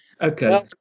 Okay